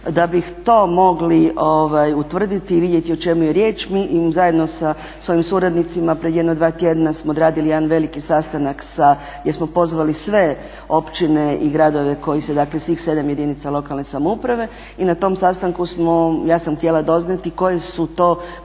Da bi to mogli utvrditi i vidjeti o čemu je riječ, mi im zajedno sa svojim suradnicima prije jedno 2 tjedna smo odradili jedan veliki sastanak gdje smo pozvali sve općine i gradove, svih 7 jedinica lokalne samouprave i na tom sastanku ja sam htjela doznati koje su to